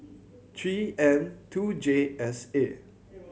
Three M two J S A